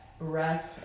breath